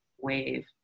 wave